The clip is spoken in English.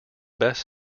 best